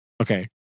Okay